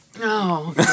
No